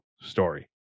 story